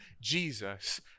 Jesus